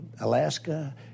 alaska